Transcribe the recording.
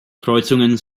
kreuzungen